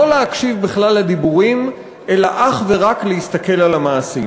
לא להקשיב בכלל לדיבורים אלא רק להסתכל על המעשים,